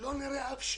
לא נראה אף שקל.